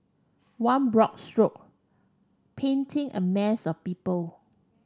one broad stroke painting a mass of people